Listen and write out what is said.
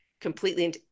completely